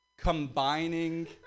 Combining